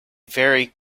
very